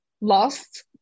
lost